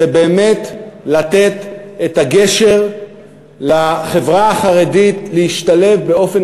זה באמת לתת גשר לחברה החרדית להשתלב באופן